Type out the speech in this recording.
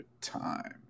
time